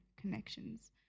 connections